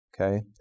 okay